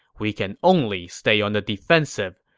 we can only stay on the defensive.